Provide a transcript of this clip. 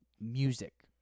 music